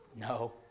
No